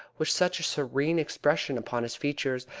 with such a serene expression upon his features,